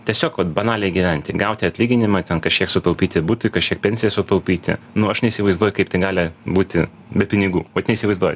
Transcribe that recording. tiesiog vat banaliai gyventi gauti atlyginimą ten kažkiek sutaupyti butui kažkiek pensijai sutaupyti nu aš neįsivaizduoju kaip tai gali būti be pinigų vat neįsivaizduoju